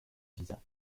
visa